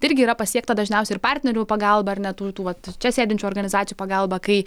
irgi yra pasiekta dažniausiai ir partnerių pagalba ar net tų tų vat čia sėdinčių organizacijų pagalba kai